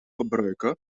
gebruiken